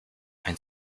ein